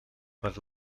per